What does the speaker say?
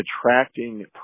attracting